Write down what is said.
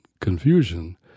confusion